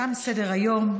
תם סדר-היום.